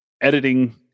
editing